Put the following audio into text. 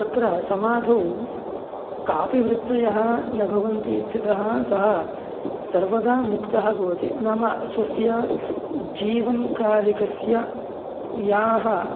तत्र समाधौ कापि वृत्तयः न भवन्ति इत्यतः सः सर्वदा मुक्तः भवति नाम स्वस्य जीवनकालिकस्य याः